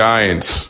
Giants